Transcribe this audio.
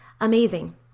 amazing